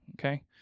Okay